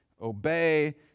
obey